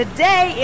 Today